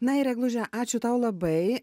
na ir egluže ačiū tau labai